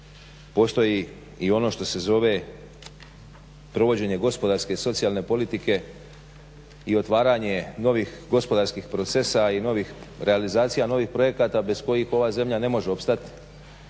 postoji i ono što se zove provođenje gospodarske i socijalne politike i otvaranje novih gospodarskih procesa i realizacija novih projekata bez kojih ova zemlja ne može opstat,